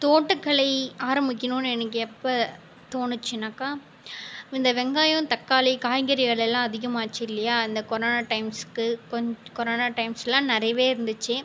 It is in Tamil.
தோட்டக்கலை ஆரம்பிக்கணும்னு எனக்கு எப்போ தோணுச்சுன்னாக்க இந்த வெங்காயம் தக்காளி காய்கறி விலை எல்லாம் அதிகமாச்சு இல்லையா அந்தக் கொரோனா டைம்ஸுக்கு கொரோனா டைம்ஸ் எல்லாம் நிறையவே இருந்துச்சு